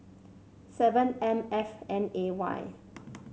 seven M F N A Y